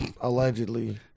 Allegedly